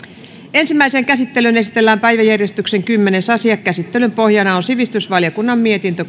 ensimmäiseen käsittelyyn esitellään päiväjärjestyksen kymmenes asia käsittelyn pohjana on sivistysvaliokunnan mietintö